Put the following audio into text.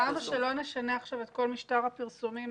אמרנו שלא נשנה עכשיו את כל משטר הפרסומים.